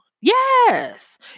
Yes